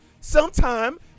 sometime